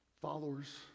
followers